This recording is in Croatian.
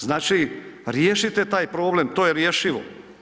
Znači, riješite taj problem, to je rješivo.